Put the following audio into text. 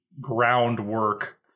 groundwork